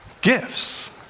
gifts